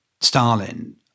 Stalin